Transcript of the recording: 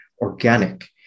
organic